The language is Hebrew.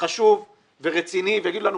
חשוב ורציני ויאמרו לנו,